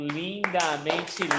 lindamente